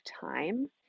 time